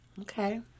Okay